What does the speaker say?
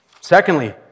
Secondly